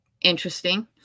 Interesting